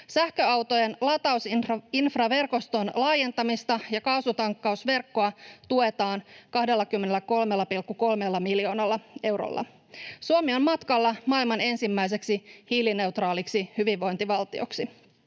Sähköautojen latausinfraverkoston laajentamista ja kaasutankkausverkkoa tuetaan 23,3 miljoonaa eurolla. Suomi on matkalla maailman ensimmäiseksi hiilineutraaliksi hyvinvointivaltioksi.